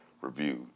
reviewed